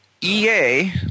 EA